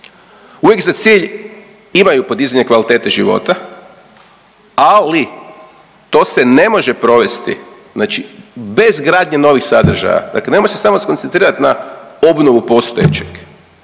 uvijek za cilj imaju podizanje kvalitete života, ali to se ne može provesti, znači bez gradnje novih sadržaja. Dakle, nemojte se samo skoncentrirati na obnovu postojećeg